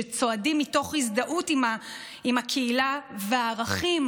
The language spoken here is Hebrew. שצועדים מתוך הזדהות עם הקהילה והערכים